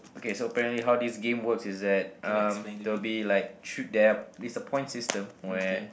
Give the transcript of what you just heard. okay so apparently how this game works is that um there'll be like three there it's a point system where